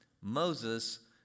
Moses